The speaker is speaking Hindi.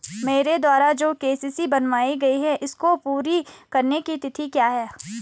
मेरे द्वारा जो के.सी.सी बनवायी गयी है इसको पूरी करने की तिथि क्या है?